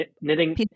knitting